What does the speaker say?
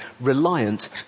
reliant